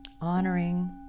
honoring